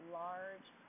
large